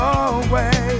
away